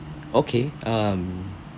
okay um